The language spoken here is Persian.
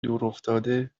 دورافتاده